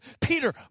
Peter